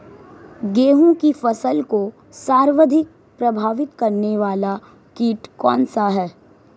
गेहूँ की फसल को सर्वाधिक प्रभावित करने वाला कीट कौनसा है?